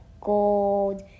gold